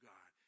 God